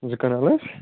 زٕ کَنال حظ